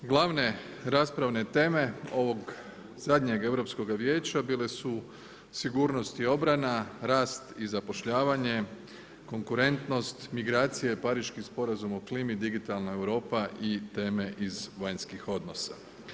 Glavne raspravne teme ovog zadnjeg Europskoga vijeća bile su sigurnost i obrana, rast i zapošljavanje, konkurentnost, migracije, Pariški sporazum o klimi, digitalna Europa i teme iz vanjskih odnosa.